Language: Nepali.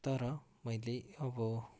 तर मैले अब